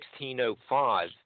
1605